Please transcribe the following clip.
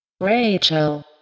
Rachel